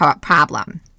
problem